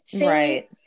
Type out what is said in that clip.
Right